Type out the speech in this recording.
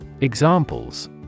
Examples